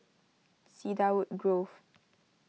Cedarwood Grove